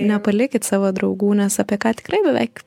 nepalikit savo draugų nes apie ką tikrai beveik